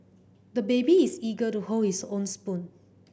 the baby is eager to hold his own spoon